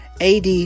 AD